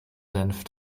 senf